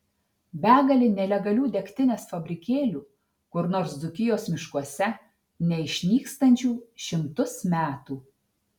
begalė nelegalių degtinės fabrikėlių kur nors dzūkijos miškuose neišnykstančių šimtus metų